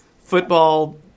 football